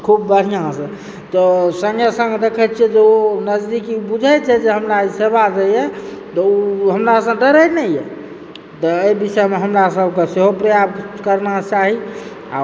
खूब बढ़िआँसँ तऽ सङ्गे सङ्ग देखै छिऐ जे ओ नजदीकी बुझै छै जेहमरा ई सेवा दैए तऽ ओ हमरासँ डराइ नहि यऽ तऽ एहि विषयमे हमरा सब कऽ सेहो प्रयास करना चाही आ